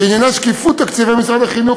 שעניינה שקיפות תקציבי משרד החינוך,